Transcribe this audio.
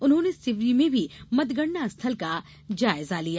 उन्होंने सिवनी में भी मतगणना स्थल का जायजा लिया